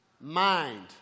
mind